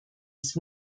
ist